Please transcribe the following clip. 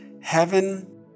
Heaven